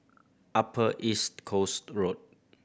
Upper East Coast Road